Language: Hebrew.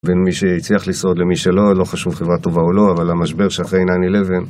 בין מי שהצליח לשרוד למי שלא, לא חשוב חברה טובה או לא, אבל המשבר שאחרי ניין אילבן